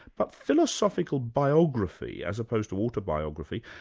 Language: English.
but philosophical biography as opposed to autobiography,